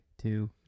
two